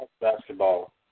basketball